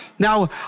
Now